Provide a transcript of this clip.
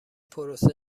پروسه